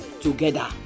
together